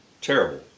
terrible